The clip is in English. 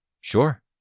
Sure